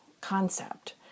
concept